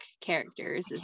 characters